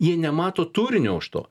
jie nemato turinio už to